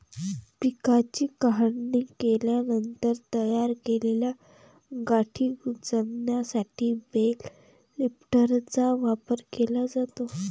पिकाची काढणी केल्यानंतर तयार केलेल्या गाठी उचलण्यासाठी बेल लिफ्टरचा वापर केला जातो